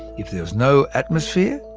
if there was no atmosphere,